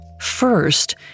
First